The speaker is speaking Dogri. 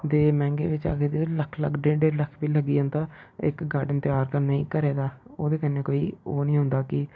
ते मैंह्गे बिच्च आखगे ते लक्ख लक्ख डेढ़ डेढ़ लक्ख बी लग्गी जंदा इक गार्डन त्यार करने गी घरै दा ओह्दे कन्नै कोई ओह् नी होंदा कि